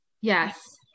yes